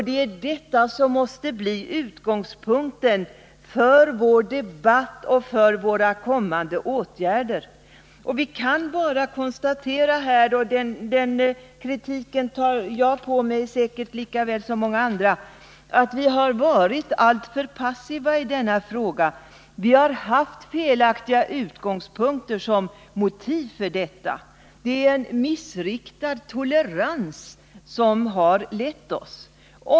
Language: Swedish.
Det är detta som måste bli utgångspunkten för vår debatt och för våra kommande åtgärder. Vi kan här konstatera att vi i denna fråga har varit alltför passiva. Den kritiken tar jag åt mig av, lika väl som många andra gör. Vi har haft felaktiga utgångspunkter för våra motiv. Det är en missriktad tolerans som har lett oss.